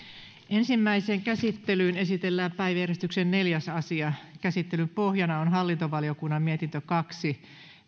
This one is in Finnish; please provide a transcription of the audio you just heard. ensimmäiseen käsittelyyn esitellään päiväjärjestyksen neljäs asia käsittelyn pohjana on hallintovaliokunnan mietintö kaksi